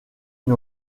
une